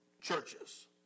churches